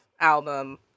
album